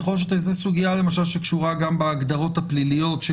שזו סוגיה שקשורה גם בהגדרות הפליליות,